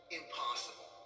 impossible